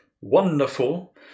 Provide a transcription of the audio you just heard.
wonderful